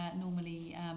normally